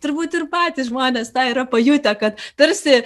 turbūt ir patys žmonės tą yra pajutę kad tarsi